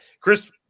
Chris